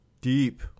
deep